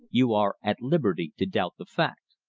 you are at liberty to doubt the fact.